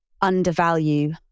undervalue